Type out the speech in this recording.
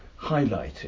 highlighting